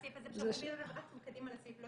רק בסעיף הזה רצנו קדימה לסעיף,